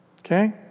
okay